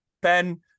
Ben